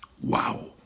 Wow